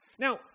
Now